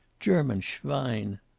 german schwein.